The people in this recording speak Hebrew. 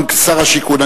גם שר השיכון,